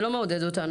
זה לא מעודד אותנו.